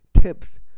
tips